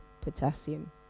potassium